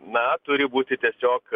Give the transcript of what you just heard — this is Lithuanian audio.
na turi būti tiesiog